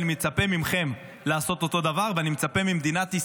אני מצפה ממכם לעשות אותו דבר, ואני